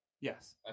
Yes